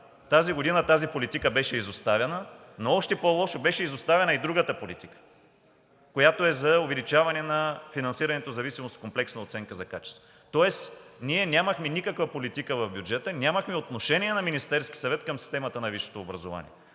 Тази година тази политика беше изоставена, но още по-лошо – беше изоставена и другата политика, която е за увеличаване на финансирането в зависимост от комплексната оценка за качество. Тоест ние нямахме никаква политика в бюджета, нямахме отношение на Министерския съвет към системата на висшето образование.